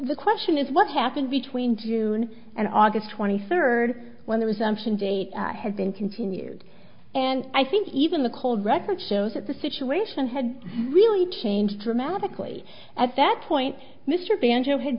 the question is what happened between tune and august twenty third when the resumption date had been continued and i think even the cold record shows that the situation had really changed dramatically at that point mr banjo had